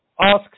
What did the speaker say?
asks